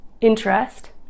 interest